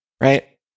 right